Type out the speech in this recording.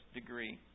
degree